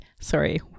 sorry